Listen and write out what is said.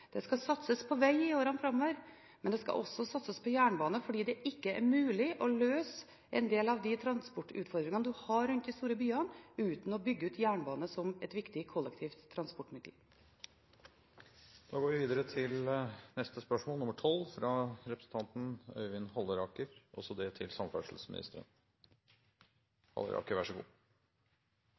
Det skal satses på veg i årene framover, men det skal også satses på jernbane, fordi det ikke er mulig å løse en del av de transportutfordringene en har rundt de store byene, uten å bygge ut jernbane som et viktig kollektivt transportmiddel. «Askøypakken er en samling tiltak på veinettet som skal bedre kollektivtransporten i Askøy kommune. Prosjektpakken er hovedsakelig tenkt finansiert med brukerbetaling, men også